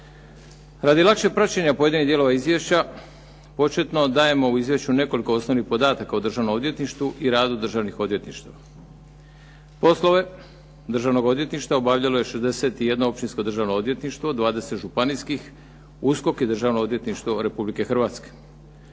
Radi lakšeg praćenja pojedinih dijelova izvješća početno dajemo u izvješću nekoliko osnovnih podataka o državnom odvjetništvu i radu državnih odvjetništava. Poslove državnog odvjetništva obavljalo je 61 Općinsko državnog odvjetništvo, 20 županijskih, USKOK i Državno odvjetništvo Republike Hrvatske.